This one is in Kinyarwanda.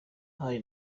hari